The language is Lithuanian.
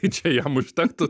tai čia jam užtektų